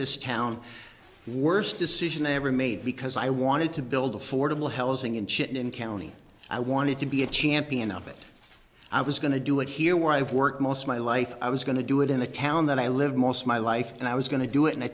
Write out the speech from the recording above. this town worst decision i ever made because i wanted to build affordable hells ing and shit in county i wanted to be a champion of it i was going to do it here where i've worked most of my life i was going to do it in the town that i lived most of my life and i was going to do it in a